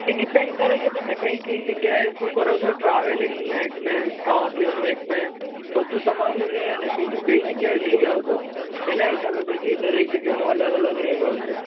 એ depend કરે છે તમે કઈ કઈ જગ્યાએ શું કરો છો ટ્રાવેલલિંગનો એક્સપેન્સ ખાવાપીવાનો એક્સપેન્સ બધું તમારું રહે અને બીજું કઈ જગ્યાએ લઇ જાવ છો એના હિસાબે પછી દરેક જગ્યાનું અલગ અલગ રેટ હોય છે